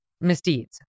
misdeeds